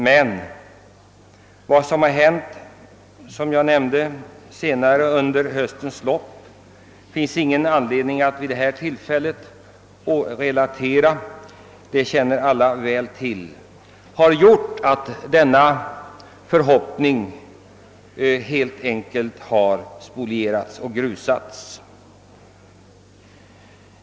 Men det som hände senare på hösten — vilket det inte finns någon anledning att relatera i det här sammanhanget eftersom alla känner väl till det — har gjort att denna förhoppning helt enkelt grusats.